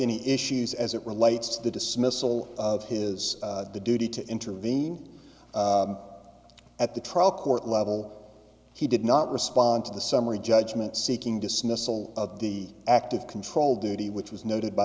any issues as it relates to the dismissal of his duty to intervene at the trial court level he did not respond to the summary judgment seeking dismissal of the active control duty which was noted by